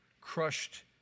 crushed